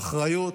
האחריות,